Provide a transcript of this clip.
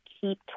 keep